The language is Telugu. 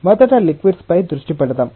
మొదట లిక్విడ్స్ పై దృష్టి పెడదాం